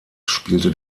spielte